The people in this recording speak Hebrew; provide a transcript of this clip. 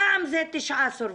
פעם זה תשעה סורבו,